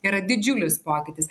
yra didžiulis pokytis